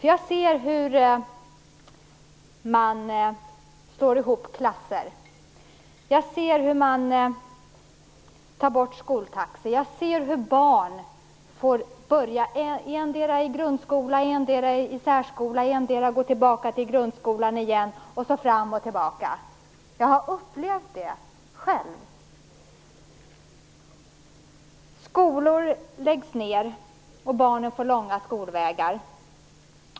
Jag ser hur man slår ihop klasser. Jag ser hur man tar bort skoltaxi. Jag ser hur barn får börja än i grundskolan, än i särskolan, än gå tillbaka till grundskolan igen, fram och tillbaka. Jag har upplevt det själv. Skolor läggs ned, och barnen får långa skolvägar.